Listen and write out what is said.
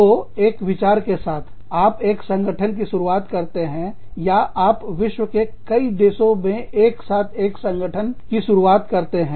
तो एक विचार के साथ आप एक संगठन की शुरुआत करते हैं या आप विश्व के कई देशों में एक साथ एक संगठन की शुरुआत करते हैं